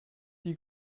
die